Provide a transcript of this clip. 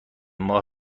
ماه